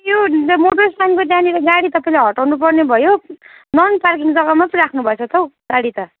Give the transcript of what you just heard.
यो मोटर स्ट्यान्डको त्यहाँनिर गाडी तपाईँले हटाउनुपर्ने भयो नन पार्किङ जग्गामा पो राख्नुभएछ त हौ गाडी त